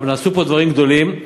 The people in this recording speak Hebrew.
ונעשו פה דברים גדולים,